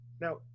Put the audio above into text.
Now